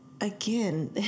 again